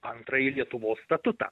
antrąjį lietuvos statutą